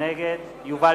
נגד יובל